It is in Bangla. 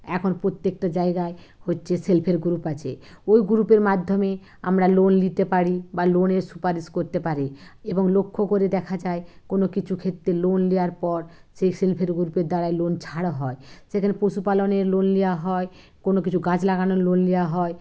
এখন প্রত্যেকটা জায়গায় হচ্ছে সেলফহেল্প গ্রুপ আছে ওই গ্রুপের মাধ্যমে আমরা লোন নিতে পারি বা লোনের সুপারিশ করতে পারি এবং লক্ষ্য করে দেখা যায় কোনো কিছু ক্ষেত্রে লোন নেওয়ার পর সেই সেলফহেল্প গ্রুপের দ্বারাই লোন ছাড়া হয় সেখানে পশুপালনের লোন নেওয়া হয় কোনো কিছু গাছ লাগানোর লোন নেওয়া হয়